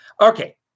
Okay